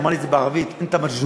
אמר לי את זה בערבית: אינתם מג'נונים.